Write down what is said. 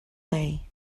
play